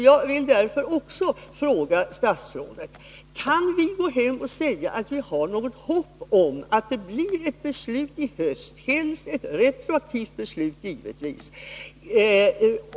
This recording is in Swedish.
Jag vill fråga statsrådet: Kan vi gå ut och säga att det finns hopp om att beslut fattas i höst, helst givetvis ett retroaktivt beslut?